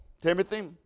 Timothy